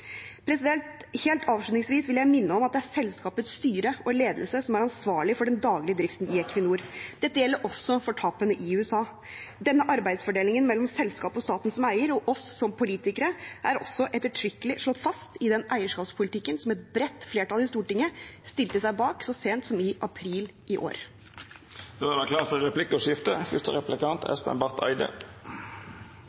Helt avslutningsvis vil jeg minne om at det er selskapets styre og ledelse som er ansvarlig for den daglige driften i Equinor. Dette gjelder også for tapene i USA. Denne arbeidsfordelingen mellom selskapet og staten som eier og oss som politikere er også ettertrykkelig slått fast i den eierskapspolitikken som et bredt flertall i Stortinget stilte seg bak så sent som i april i